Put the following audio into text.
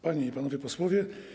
Panie i Panowie Posłowie!